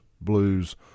Blues